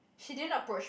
she didn't approach